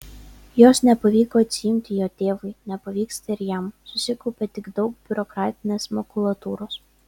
jos nepavyko atsiimti jo tėvui nepavyksta ir jam susikaupia tik daug biurokratinės makulatūros